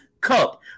cup